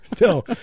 no